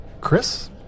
Chris